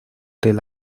del